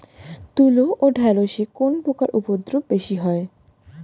তুলো ও ঢেঁড়সে কোন পোকার উপদ্রব বেশি হয়?